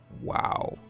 wow